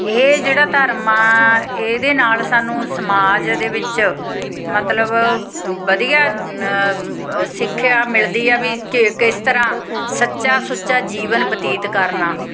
ਇਹ ਜਿਹੜਾ ਧਰਮ ਆ ਇਹਦੇ ਨਾਲ ਸਾਨੂੰ ਸਮਾਜ ਦੇ ਵਿੱਚ ਮਤਲਬ ਵਧੀਆ ਸਿੱਖਿਆ ਮਿਲਦੀ ਆ ਵੀ ਕਿਸ ਤਰ੍ਹਾਂ ਸੱਚਾ ਸੁੱਚਾ ਜੀਵਨ ਬਤੀਤ ਕਰਨਾ